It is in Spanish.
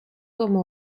como